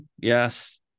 Yes